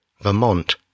Vermont